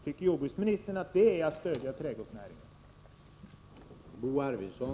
Tycker jordbruksministern att detta är att stödja trädgårdsnäringen?